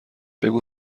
بگو